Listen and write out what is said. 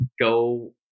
go